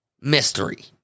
mystery